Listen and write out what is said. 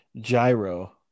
gyro